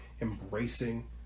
embracing